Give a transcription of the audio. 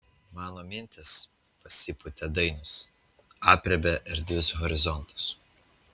mano mintys pasipūtė dainius aprėpia erdvius horizontus